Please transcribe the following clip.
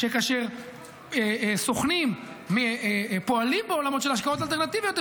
שכאשר סוכנים פועלים בעולמות של השקעות אלטרנטיבות,